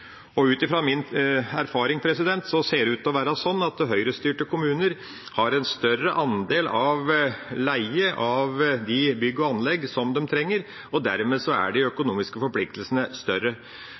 Ut fra min erfaring ser det ut til å være sånn at Høyre-styrte kommuner har en større andel av leie av de bygg og anlegg som de trenger, og dermed er de økonomiske forpliktelsene større.